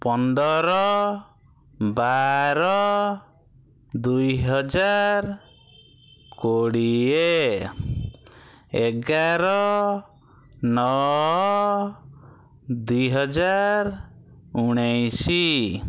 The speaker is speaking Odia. ପନ୍ଦର ବାର ଦୁଇହଜାର କୋଡ଼ିଏ ଏଗାର ନଅ ଦୁଇହଜାର ଉଣେଇଶି